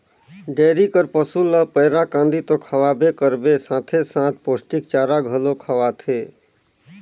dairy कर पसू ल पैरा, कांदी तो खवाबे करबे साथे साथ पोस्टिक चारा घलो खवाथे